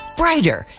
brighter